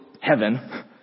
heaven